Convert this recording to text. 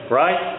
right